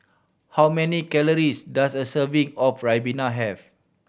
how many calories does a serving of ribena have